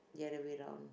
the other way round